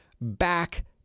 back